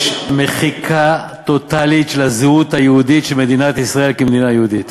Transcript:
יש מחיקה טוטלית של הזהות היהודית של מדינת ישראל כמדינה יהודית.